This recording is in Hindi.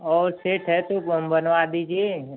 और सेट है तो बनवा दीजिए